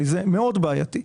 זה מאוד בעייתי.